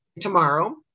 tomorrow